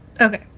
okay